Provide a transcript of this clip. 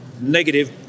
negative